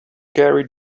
carried